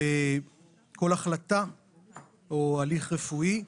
וכל החלטה או הליך רפואי,